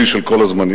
שיא של כל הזמנים.